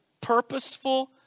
Purposeful